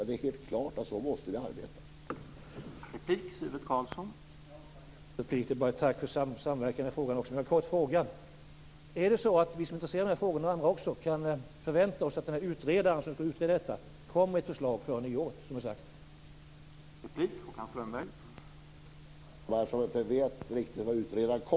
Det är helt klart att vi måste arbeta så.